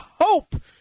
hope